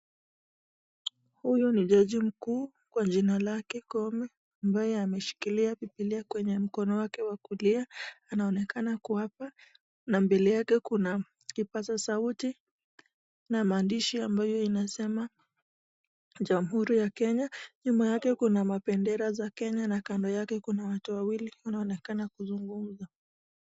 Huyu ni jaji mkuu kwa jina lake Kome ambaye ameshikilia Biblia kwenye mkono wake wa kulia. Anaonekana kuwapa na mbele yake kuna kipaza sauti na maandishi ambayo inasema Jamhuri ya Kenya. Nyuma yake kuna mapendera za Kenya na kando yake kuna watu wawili wanaonekana kuzungumza.